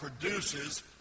produces